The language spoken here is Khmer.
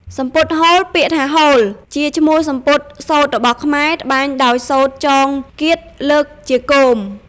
សំពត់ហូល ពាក្យថា«ហូល» ជាឈ្មោះសំពត់សូត្ររបស់ខ្មែរ ត្បាញដោយសូត្រចងគាធលើកជាគោម។